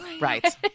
Right